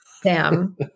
Sam